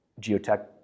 geotech